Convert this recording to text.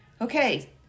okay